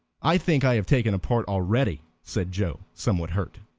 i think i have taken a part already, said joe, somewhat hurt.